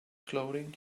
clothing